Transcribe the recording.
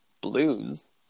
blues